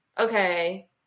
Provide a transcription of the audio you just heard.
Okay